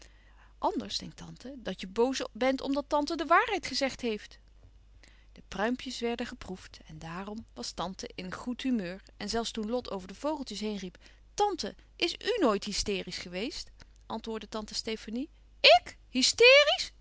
anders denkt tante dat je boos bent omdat tante de waarheid gezegd heeft de pruimpjes werden geproefd en daarom was tante in goed louis couperus van oude menschen de dingen die voorbij gaan humeur en zelfs toen lot over de vogeltjes heen riep tante is u nooit hysteriesch geweest antwoordde tante stefanie